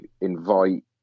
invite